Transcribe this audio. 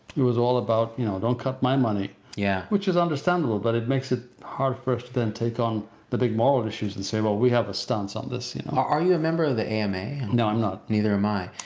it was all about you know don't cut my money, yeah which is understandable, but it makes it hard for us to then take on the big moral issues and say, well, we have a stance on this. are you a member of the ama? no, i'm not. neither am i,